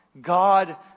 God